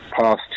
past